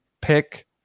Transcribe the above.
pick